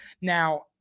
Now